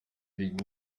big